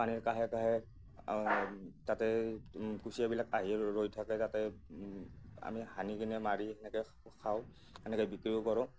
পানীৰ কাষে কাষে তাতে কুচিয়াবিলাক আহি ৰৈ থাকে তাতে আমি হানি কিনে মাৰি সেনেকৈ খাওঁ সেনেকৈ বিক্ৰীও কৰোঁ